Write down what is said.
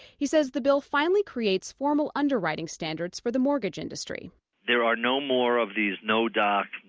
he says the bill finally creates formal underwriting standards for the mortgage industry there are no more of these no doc,